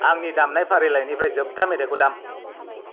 आंनि दामनाय फारिलाइनिफ्राय जोबथा मेथायखौ दाम